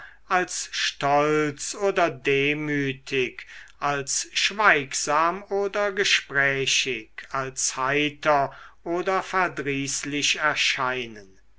als stolz oder demütig als schweigsam oder gesprächig als heiter oder verdrießlich erscheinen